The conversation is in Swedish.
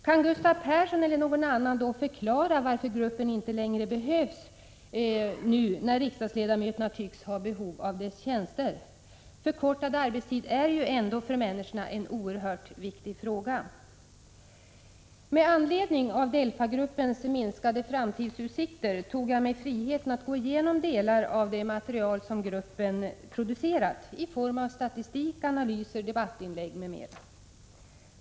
Kan Gustav Persson eller någon annan då förklara varför gruppen inte längre behövs, nu när riksdagsledamöterna tycks ha behov av dess tjänster! Förkortad arbetstid är ändå för människorna en oerhört viktig fråga. Med anledning av DELFA-gruppens minskade framtidsutsikter tog jag mig friheten att gå igenom delar av det material som gruppen producerat i form av statistik, analyser, debattinlägg m.m.